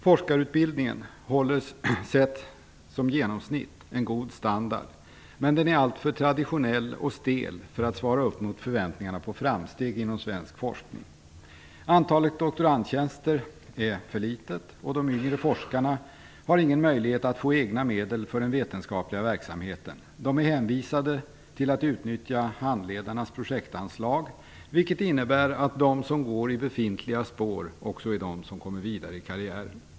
Forskarutbildningen håller sett i ett genomsnitt god standard, men den är alltför traditionell och stel för att svara mot förväntningarna på framsteg inom svensk forskning. Antalet doktorandtjänster är för litet, och de yngre forskarna har ingen möjlighet att få egna medel för den vetenskapliga verksamheten. De är hänvisade till att utnyttja handledarnas projektanslag, vilket innebär att de som går i befintliga spår också är de som kommer vidare i karriären.